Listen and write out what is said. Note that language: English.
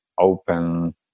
open